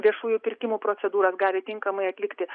viešųjų pirkimų procedūras gali tinkamai atlikti